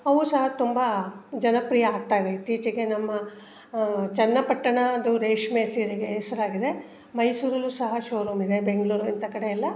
ಅವು ಸಹ ತುಂಬ ಜನಪ್ರಿಯ ಆಗ್ತಾಯಿವೆ ಇತ್ತೀಚೆಗೆ ನಮ್ಮ ಚನ್ನಪಟ್ಟಣದ್ದು ರೇಷ್ಮೆ ಸೀರೆಗೆ ಹೆಸರಾಗಿದೆ ಮೈಸೂರಲ್ಲೂ ಸಹ ಶೋ ರೂಮ್ ಇದೆ ಬೆಂಗ್ಳೂರು ಇಂಥ ಕಡೆಯೆಲ್ಲ